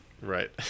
Right